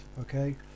okay